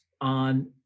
on